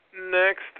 Next